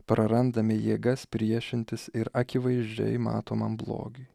prarandame jėgas priešintis ir akivaizdžiai matomam blogiui